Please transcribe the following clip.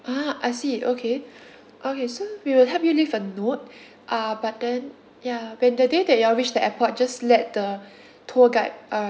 ah I see okay okay so we will help you leave a note uh but then ya when the day that you all reach the airport just let the tour guide uh